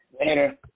Later